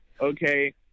Okay